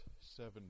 seven